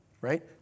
right